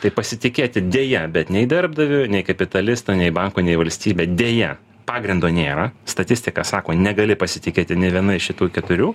tai pasitikėti deja bet nei darbdaviu nei kapitalistu nei banku nei valstybe deja pagrindo nėra statistika sako negali pasitikėti nė viena iš šitų keturių